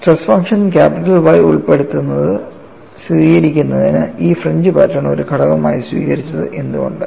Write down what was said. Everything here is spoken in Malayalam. സ്ട്രെസ് ഫംഗ്ഷൻ Y ഉൾപ്പെടുത്തുന്നത് സ്ഥിരീകരിക്കുന്നതിന് ഈ ഫ്രിഞ്ച് പാറ്റേൺ ഒരു ഘടകമായി സ്വീകരിച്ചത് എന്തുകൊണ്ട്